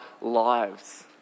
lives